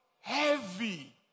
Heavy